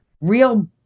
real